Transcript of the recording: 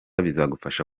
bizagufasha